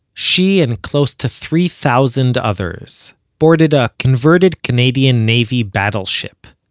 she and close to three thousand others, boarded a converted canadian navy battleship,